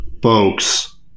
Folks